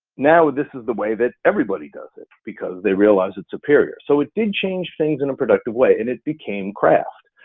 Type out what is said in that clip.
now this is the way that everybody does it because they realized it's superior. so it did change things in a productive way and it became craft.